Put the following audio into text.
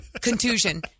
Contusion